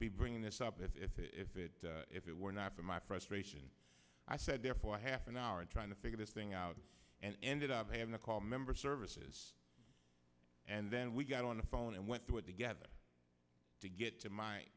be bringing this up if it if it if it were not for my frustration i said there for half an hour trying to figure this thing out and ended up having a call member services and then we got on the phone and went through it together to get to m